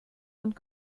und